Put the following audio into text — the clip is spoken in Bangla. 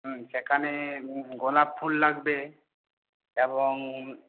হুম সেখানে গোলাপ ফুল লাগবে এবং